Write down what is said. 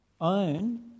own